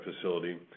facility